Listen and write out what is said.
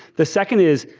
the second is,